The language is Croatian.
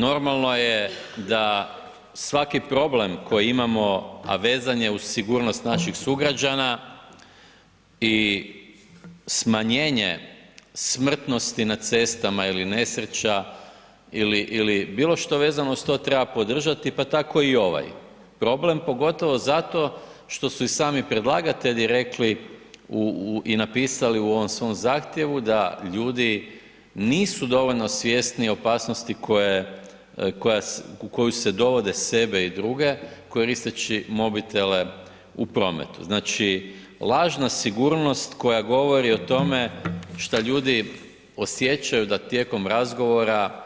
Normalno je da svaki problem koji imamo, a vezan je uz sigurnost naših sugrađana i smanjenje smrtnosti na cestama ili nesreća ili bilo što vezano uz to treba podržati, pa tako i ovaj problem, pogotovo zato što su i sami predlagatelji rekli i napisali u ovom svom zahtjevu da ljudi nisu dovoljno svjesni opasnosti u koju se dovode sebe i druge koristeći mobitele u prometu, znači lažna sigurnost koja govori o tome što ljudi osjećaju da tijekom razgovora